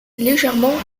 légèrement